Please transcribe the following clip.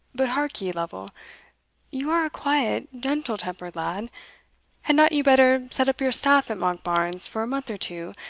but hark ye, lovel you are a quiet, gentle-tempered lad had not you better set up your staff at monkbarns for a month or two,